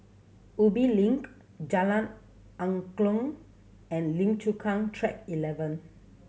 Ubi Link Jalan Angklong and Lim Chu Kang Track Eleven